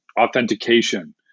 authentication